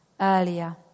earlier